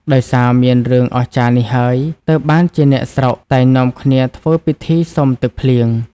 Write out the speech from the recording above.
ដោយសារមានរឿងអស្ចារ្យនេះហើយ ទើបបានជាអ្នកស្រុក តែងនាំគ្នាធ្វើពិធីសុំទឹកភ្លៀង ។